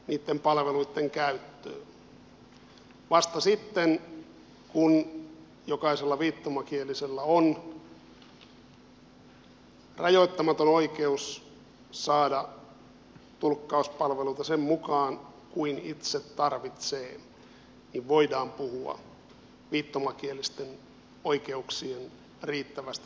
vasta sitten kun jokaisella viittomakielisellä on rajoittamaton oikeus saada tulkkauspalveluita sen mukaan kuin itse tarvitsee voidaan puhua viittomakielisten oikeuksien riittävästä toteutumisesta